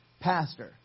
pastor